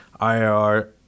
IRR